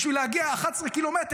בשביל להגיע 11 קילומטר,